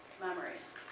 memories